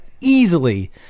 easily